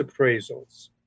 appraisals